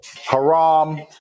haram